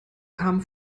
kamen